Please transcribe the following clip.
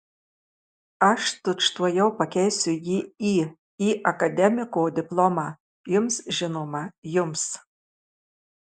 aš tučtuojau pakeisiu jį į į akademiko diplomą jums žinoma jums